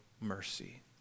mercy